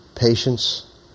patience